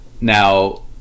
Now